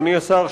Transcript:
אדוני השר,